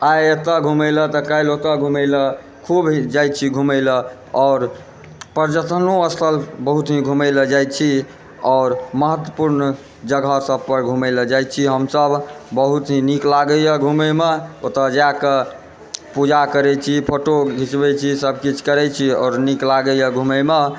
आइ एतए घुमै लऽ त काल्हि ओतए घुमयलऽ खूब जाइ छी घुमयलऽ आओर पर्यटनो स्थल बहुत ही घुमयलऽ जाइत छी आओर महत्वपूर्ण जगह सभ पर घुमयलऽ जाइत छी हमसभ बहुत ही नीक लागैए घुमयमे ओतए जाके पूजा करैत छी फोटो खिचबैत छी सभकिछु करैत छी आओर नीक लागैए घुमयमे